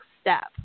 step